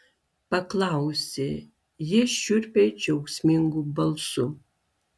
paklausė jis šiurpiai džiaugsmingu balsu